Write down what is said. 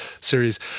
series